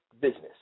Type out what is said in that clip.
Business